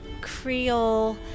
Creole